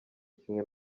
kimwe